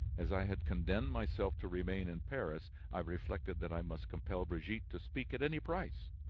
as i had condemned myself to remain in paris, i reflected that i must compel brigitte to speak at any price.